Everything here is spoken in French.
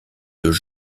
deux